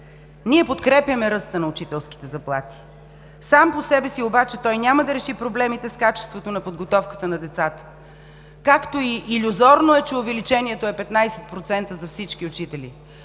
Ние подкрепяме ръста на учителските заплати. Сам по себе си обаче той няма да реши проблемите с качеството на подготовката на децата, както и илюзорно е, че увеличението е 15% за всички учители.